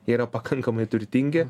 jie yra pakankamai turtingi